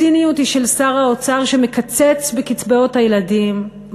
הציניות היא של שר האוצר שמקצץ בקצבאות הילדים,